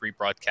rebroadcast